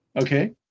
Okay